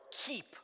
keep